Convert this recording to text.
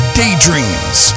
daydreams